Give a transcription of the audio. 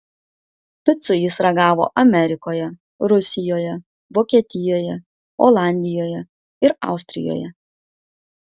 picų jis ragavo amerikoje rusijoje vokietijoje olandijoje ir austrijoje